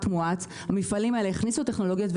מואץ המפעלים האלה הכניסו טכנולוגיות,